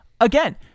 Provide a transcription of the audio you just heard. Again